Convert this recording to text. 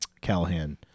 Callahan